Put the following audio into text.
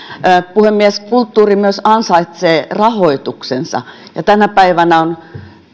puhemies kulttuuri myös ansaitsee rahoituksensa ja tänä päivänä on